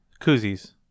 koozies